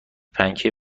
پنکه